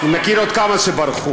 אני מכיר עוד כמה שברחו.